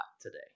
today